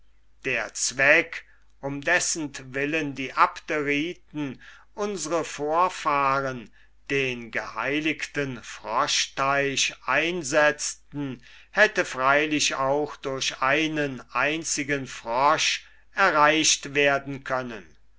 der zweck um dessentwillen die abderiten unsre vorfahren den geheiligten froschteich einsetzten hätte freilich auch durch einen einzigen frosch erreicht werden können